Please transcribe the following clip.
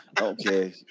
Okay